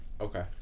Okay